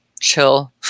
chill